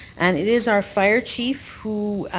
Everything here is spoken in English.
and it is our fire chief who